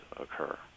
occur